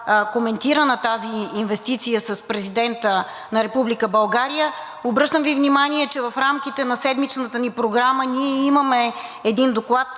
коментирана тази инвестиция с Президента на Република България. Обръщам Ви внимание, че в рамките на Седмичната ни програма ние имаме един доклад…